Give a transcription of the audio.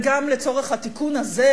וגם לצורך התיקון הזה,